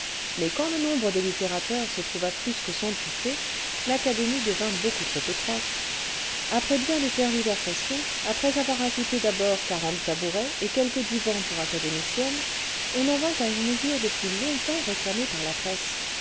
mais quand le nombre des littérateurs se trouva plus que centuplé l'académie'devint beaucoup trop étroite après bien des tergiversations après avoir ajouté d'abord quarante tabourets et quelques divans xiouracadémiciennes on en kustes danciens a c a d e m i c i e n s o rn a n t la salle des seances de l'académie française vint à une mesure depuis longtemps réclamée par la presse